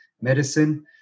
medicine